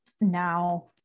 now